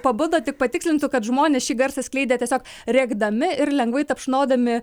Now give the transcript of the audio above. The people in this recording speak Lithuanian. pabudo tik patikslinsiu kad žmonės šį garsą skleidė tiesiog rėkdami ir lengvai tapšnodami